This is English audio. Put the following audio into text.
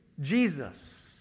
Jesus